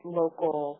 local